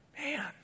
Man